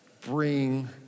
bring